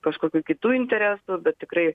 kažkokių kitų interesų bet tikrai